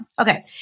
Okay